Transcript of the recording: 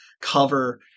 cover